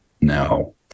No